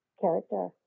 character